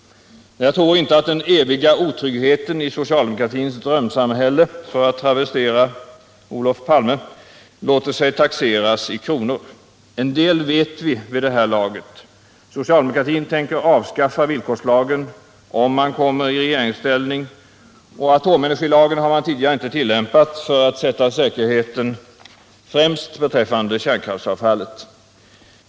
Jag tror inte att den eviga otryggheten i socialdemokratins drömsamhälle — för att travestera Olof Palme — låter sig taxeras i kronor. En del vet vi vid det här laget. Socialdemokraterna tänker avskaffa villkorslagen, om de kommer i regeringsställning. Atomenergilagen har man tidigare inte tillämpat för att sätta säkerheten främst när det gäller kärnkraftsavfallet.